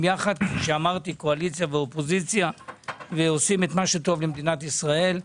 קואליציה ואופוזיציה ועושים את מה שטוב למדינת ישראל.